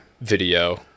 video